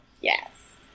Yes